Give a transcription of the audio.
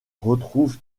retrouve